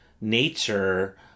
nature